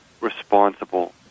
responsible